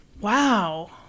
wow